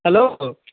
hello